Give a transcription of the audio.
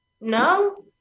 no